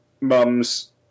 mum's